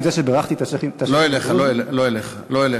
לא אליך.